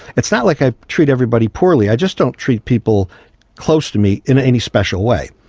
it's not like i treat everybody poorly, i just don't treat people close to me in any special way.